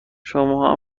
شما